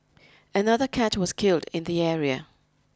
another cat was killed in the area